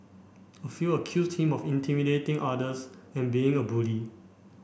a few accused him of intimidating others and being a bully